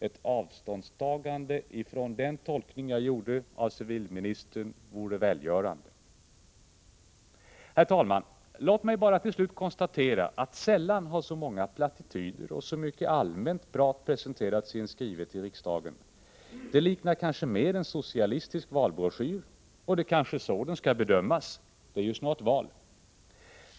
Ett avståndstagande av civilministern från den tolkning jag gjorde vore välgörande. Herr talman! Låt mig bara till slut konstatera att sällan har så många plattityder och så mycket allmänt prat presenterats i en skrivelse till riksdagen. Det liknar kanske mer en socialistisk valbroschyr, och det är kanske så den skall bedömas. Det är ju snart val.